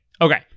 Okay